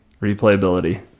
replayability